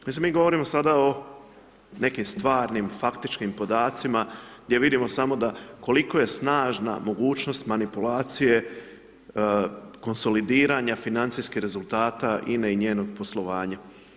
Mislim mi govorimo sada o nekim stvarnim faktičkim podacima gdje vidimo samo da, koliko je snažna mogućnost manipulacije konsolidiranja financijskih rezultata INA-e i njenog poslovanja.